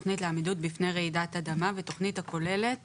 (תכנית לעמידות בפני רעידת אדמה ותכנית הכוללת